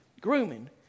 grooming